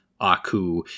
Aku